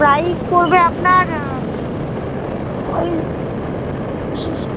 price পড়বে আপনার ওই